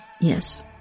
Yes